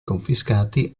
confiscati